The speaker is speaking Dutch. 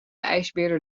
ijsbeerde